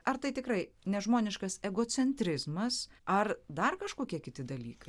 ar tai tikrai nežmoniškas egocentrizmas ar dar kažkokie kiti dalykai